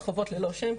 הרחובות ללא שם,